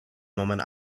moment